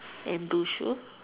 and blue shoe